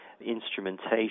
instrumentation